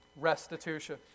Restitution